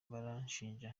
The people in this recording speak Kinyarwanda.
barashinja